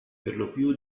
perlopiù